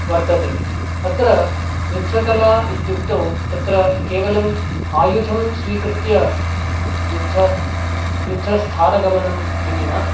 वर्तते अत्र युद्धकला इत्युक्तौ तत्र केवलम् आयुधं स्वीकृत्य युद्ध युद्धस्थानगमनम् इति न